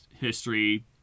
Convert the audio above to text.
history